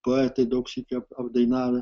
poetai daug sykių ap apdainavę